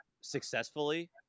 successfully